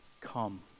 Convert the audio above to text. Come